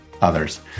others